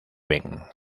ven